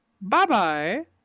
Bye-bye